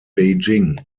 beijing